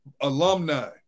alumni